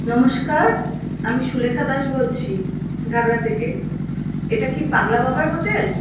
নমস্কার আমি সুলেখা দাস বলছি ঘাগড়া থেকে এটা কি পাগলা বাবার হোটেল